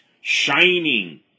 shining